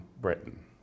Britain